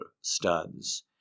studs